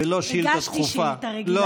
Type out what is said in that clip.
ולא שאילתה דחופה.